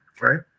right